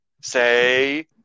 say